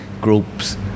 groups